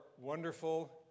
wonderful